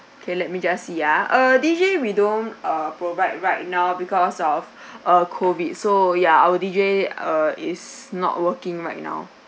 okay let me just see uh deejay we don't uh provide right now because of uh COVID so ya our deejay uh is not working right now